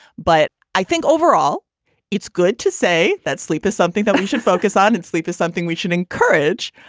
but i think overall it's good to say that sleep is something that we should focus on and sleep is something we should encourage.